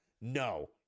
no